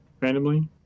randomly